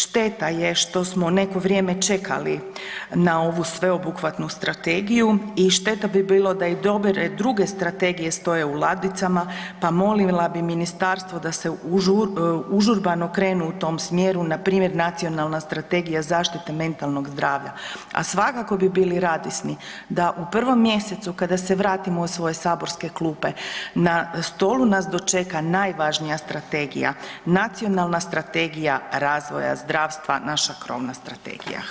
Šteta je što smo neko vrijeme čekali na ovu sveobuhvatnu strategiju i šteta bi bilo da i dobre druge strategije stoje u ladicama, pa molila bi ministarstvo da se užurbano krenu u tom smjeru, npr. Nacionalna strategije zaštite mentalnog zdravlja, a svakako bi bili radosni da u 1. mjesecu kada se vratimo u svoje saborske klupe na stolu nas dočeka najvažnija strategija Nacionalna strategija razvoja zdravstva, naša krovna strategija.